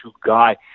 guy